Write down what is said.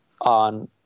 on